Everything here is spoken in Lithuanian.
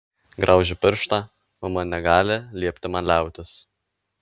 graužiu pirštą mama negali liepti man liautis